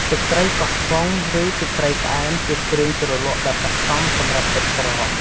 ទឹកត្រីកោះកុង ឬទឹកត្រីផ្អែមជាគ្រឿងជ្រលក់ដ៏ស័ក្តិសមសម្រាប់សាច់ក្រក។